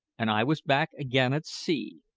and i was back again at sea,